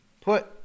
put